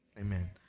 Amen